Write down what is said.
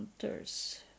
hunters